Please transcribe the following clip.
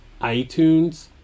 iTunes